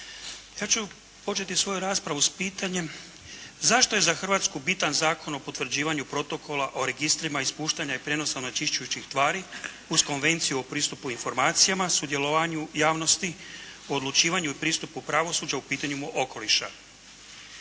Ja ću početi svoju raspravu s pitanjem zašto je za Hrvatsku bitan Zakon o potvrđivanju Protokola o registrima ispuštanja i prijenosa onečišćujućih tvari uz Konvenciju o pristupu informacijama, sudjelovanju javnosti u odlučivanju u pristupu pravosuđu u pitanjima okoliša.